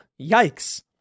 Yikes